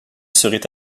serait